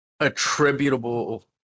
attributable